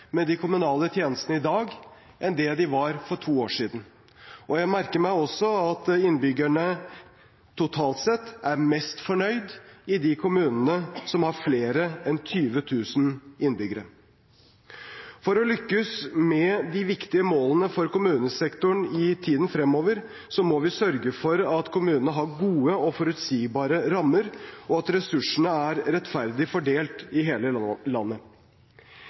med de kommunale tjenestene i dag enn det de var for to år siden. Jeg merker meg også at innbyggerne totalt sett er mest fornøyd i de kommunene som har mer enn 20 000 innbyggere. For å lykkes med de viktige målene for kommunesektoren i tiden fremover må vi sørge for at kommunene har gode og forutsigbare rammer, og at ressursene er rettferdig fordelt i hele landet.